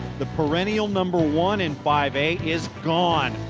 the perennial number one in five a is gone.